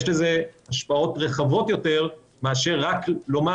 יש לזה השפעות רחבות יותר מאשר רק לומר